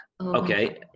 Okay